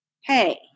hey